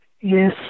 Yes